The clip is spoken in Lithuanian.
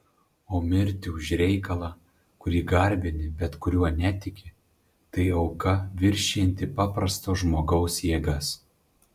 o mirti už reikalą kurį garbini bet kuriuo netiki tai auka viršijanti paprasto žmogaus jėgas